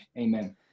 Amen